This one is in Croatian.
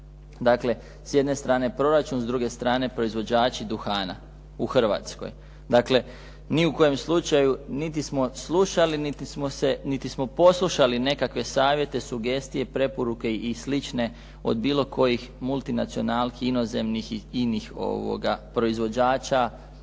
Dakle, s jedne strane proračun, s druge strane proizvođači duhana u Hrvatskoj. dakle ni u kom slučaju niti smo slušati, niti smo poslušali nekakve savjete, sugestije, preporuke i slične od bilo kojih multinacionalni inozemnih i inih proizvođača,